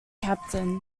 captain